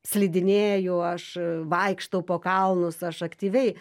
slidinėju aš vaikštau po kalnus aš aktyviai